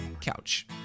couch